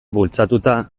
bultzatuta